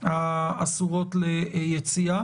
האסורות ליציאה.